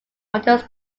under